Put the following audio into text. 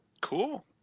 Cool